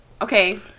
Okay